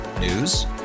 News